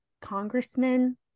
congressman